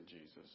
Jesus